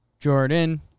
Jordan